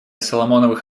соломоновых